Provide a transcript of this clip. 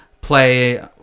play